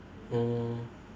mm